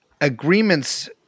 agreements